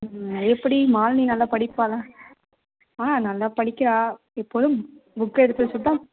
எப்படி மாலினி நல்லா படிப்பாளா ஆ நல்லா படிக்கிறா எப்போதும் புக்கை எடுத்து வச்சிட்டு தான்